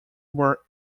were